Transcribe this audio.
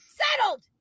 settled